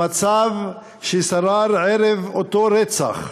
המצב ששרר ערב אותו רצח,